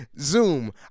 Zoom